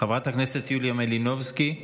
חברת הכנסת יוליה מלינובסקי,